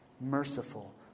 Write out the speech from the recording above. merciful